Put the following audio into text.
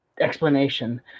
explanation